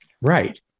Right